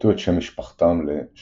עברתו את שם משפחתם ל"שחר".